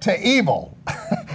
to evil